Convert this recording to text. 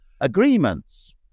agreements